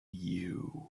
you